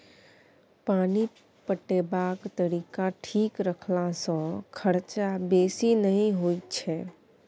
पानि पटेबाक तरीका ठीक रखला सँ खरचा बेसी नहि होई छै